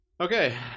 Okay